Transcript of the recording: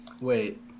Wait